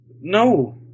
No